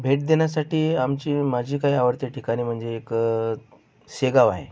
भेट देण्यासाठी आमची माझी काही आवडती ठिकाणे म्हणजे एक शेगाव आहे